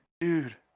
dude